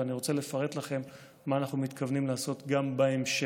אני רוצה לפרט לכם מה אנחנו מתכוונים לעשות גם בהמשך.